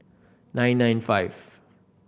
nine nine five